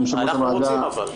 יושב-ראש הוועדה,